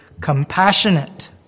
compassionate